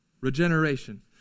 Regeneration